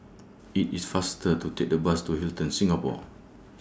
IT IS faster to Take The Bus to Hilton Singapore